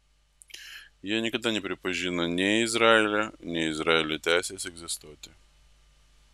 jie niekada nepripažino nei izraelio nei izraelio teisės egzistuoti